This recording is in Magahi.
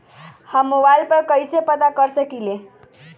हम मोबाइल पर कईसे पता कर सकींले?